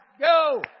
Go